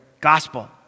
Gospel